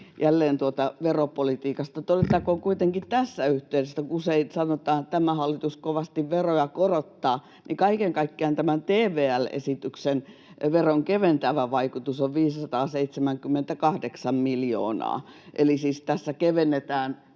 jälleen veropolitiikasta. Todettakoon kuitenkin tässä yhteydessä, kun usein sanotaan, että tämä hallitus kovasti veroja korottaa, että kaiken kaikkiaan tämän TVL-esityksen veroja keventävä vaikutus on 578 miljoona, eli siis tässä kevennetään